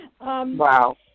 Wow